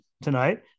tonight